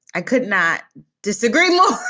i could not disagree more.